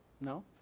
No